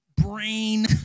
brain